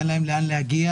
אין להם לאן להגיע.